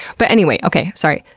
but anyway. okay, sorry.